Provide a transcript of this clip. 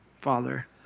Father